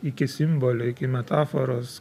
iki simbolio iki metaforos